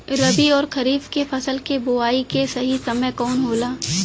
रबी अउर खरीफ के फसल के बोआई के सही समय कवन होला?